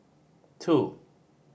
two